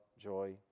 joy